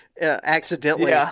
accidentally